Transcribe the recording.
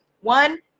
one